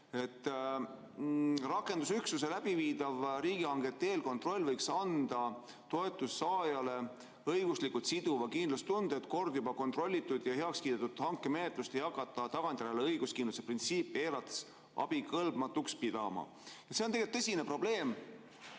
Rakendusüksuse läbiviidav riigihangete eelkontroll võiks anda toetuse saajale õiguslikult siduva kindlustunde, et kord juba kontrollitud ja heaks kiidetud hankemenetlust ei hakata tagantjärele õiguskindluse printsiipi eirates abikõlbmatuks pidama. See on tegelikult tõsine probleem.